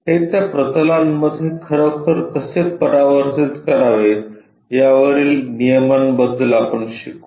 हे त्या प्रतलांमध्ये खरोखर कसे परिवर्तीत करावे यावरील नियमांबद्दल आपण शिकू